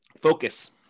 focus